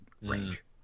range